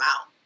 out